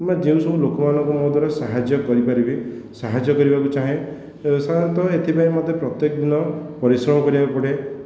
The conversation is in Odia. କିମ୍ବା ଯେଉଁ ସବୁ ଲୋକମାନଙ୍କୁ ମୋ ଦ୍ୱାରା ସାହାଯ୍ୟ କରିପାରିବି ସାହାଯ୍ୟ କରିବାକୁ ଚାହେଁ ସାଧାରଣତଃ ଏଥିପାଇଁ ମୋତେ ପ୍ରତ୍ୟେକ ଦିନ ପରିଶ୍ରମ କରିବାକୁ ପଡ଼େ